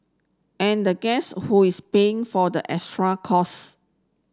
and guess who is paying for the extra costs